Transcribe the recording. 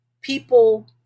people